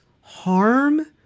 harm